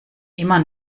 immer